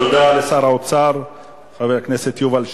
תודה לשר האוצר חבר הכנסת יובל שטייניץ.